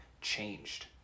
changed